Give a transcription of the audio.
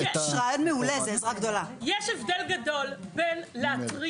שפנה ואמר מעל כל גלי האתר על הרפורמה לבריאות